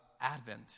Advent